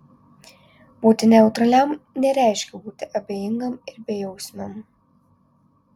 būti neutraliam nereiškia būti abejingam ir bejausmiam